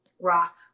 rock